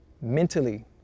mentally